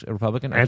Republican